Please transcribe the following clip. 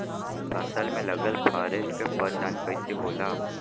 फसल में लगल फारेस्ट के पहचान कइसे होला?